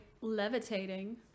levitating